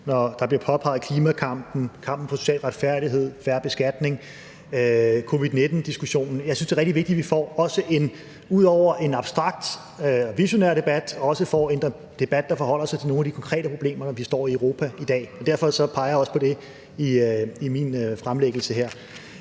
f.eks. bliver der peget på klimakampen, kampen for social retfærdighed, fair beskatning og covid-19-diskussionen. Jeg synes, det er rigtig vigtigt, at vi ud over at få en abstrakt og visionær debat også får en debat, der forholder sig til nogle af de konkrete problemer, vi står i i Europa i dag. Så derfor peger jeg også på det i min fremlæggelse her.